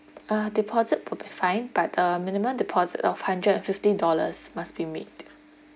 uh deposit will be fine but uh minimum deposit of hundred and fifty dollars must be made